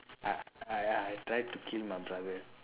I I I tried to kill my brother